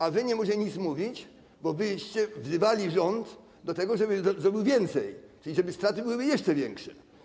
A wy nie musicie nic mówić, bo wyście wzywali rząd do tego, żeby zrobił więcej, czyli straty byłyby jeszcze większe.